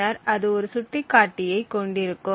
பின்னர் அது ஒரு சுட்டிக்காட்டியை கொண்டிருக்கும்